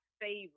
favorite